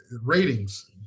ratings